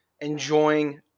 enjoying